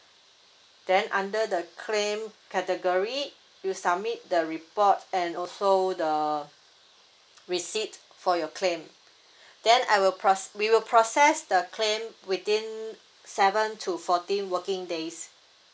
then under the claim category you submit the report and also the receipt for your claim then I will process we will process the claim within seven to fourteen working days